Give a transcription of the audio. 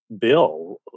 bill